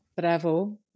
bravo